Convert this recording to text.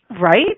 Right